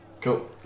Cool